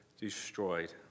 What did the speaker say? destroyed